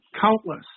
countless